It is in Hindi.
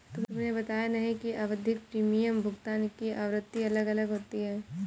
तुमने बताया नहीं कि आवधिक प्रीमियम भुगतान की आवृत्ति अलग अलग होती है